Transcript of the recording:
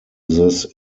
this